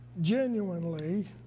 genuinely